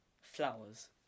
flowers